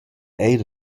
eir